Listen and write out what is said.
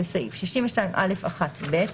בסעיף 62א1(ב).